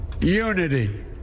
unity